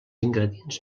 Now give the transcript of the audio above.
ingredients